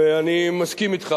ואני מסכים אתך,